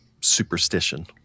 superstition